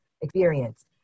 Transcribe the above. experience